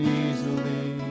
easily